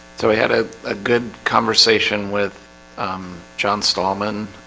so we had ah a good conversation with john stallman